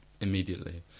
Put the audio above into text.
immediately